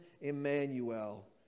Emmanuel